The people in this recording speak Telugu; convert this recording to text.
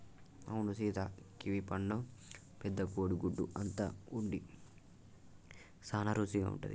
అవును సీత కివీ పండు పెద్ద కోడి గుడ్డు అంత ఉండి సాన రుసిగా ఉంటది